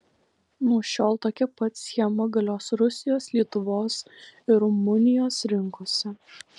nuo šiol tokia pat schema galios rusijos lietuvos ir rumunijos rinkose